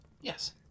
Yes